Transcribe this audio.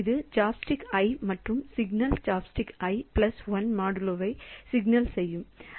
இது chopstick i மற்றும் signal chopstick i plus 1 மாடுலோவை சமிக்ஞை செய்யும் 5